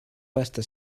pasta